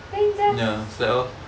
then just